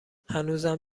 هنوزم